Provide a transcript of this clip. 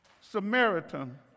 Samaritan